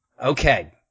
Okay